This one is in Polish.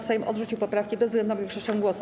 Sejm odrzucił poprawki bezwzględną większością głosów.